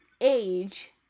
Age